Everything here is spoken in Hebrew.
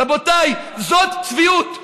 רבותיי, זאת צביעות.